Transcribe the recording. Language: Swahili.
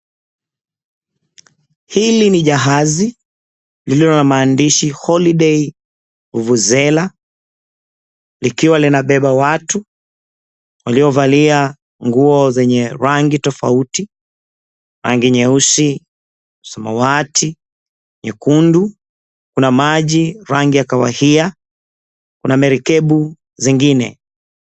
Hili ni jahazi lililo na maandishi Holiday Vuvuzela likiwa linabeba watu waliovalia nguo zenye rangi tofauti, rangi nyeusi, samawati, nyekundu, kuna maji rangi ya kahawia, kuna merikebu zingine.